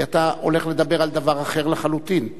כי אתה הולך לדבר על דבר אחר לחלוטין.